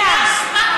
כי לא הספקתם?